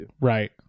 Right